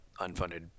unfunded